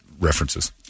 references